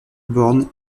born